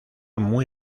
muy